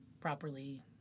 properly